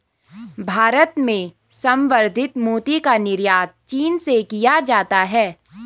भारत में संवर्धित मोती का निर्यात चीन से किया जाता है